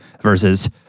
versus